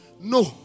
No